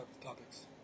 topics